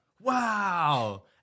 wow